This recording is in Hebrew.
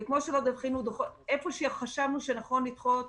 איפה שחשבנו שנכון לדחות,